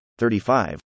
35